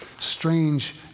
strange